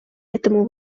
этому